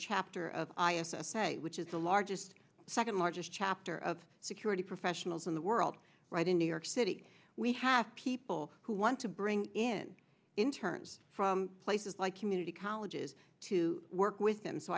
chapter of the site which is the largest second largest chapter of security professionals in the world right in new york city we have people who want to bring in in terms from places like community colleges to work with and so